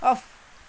of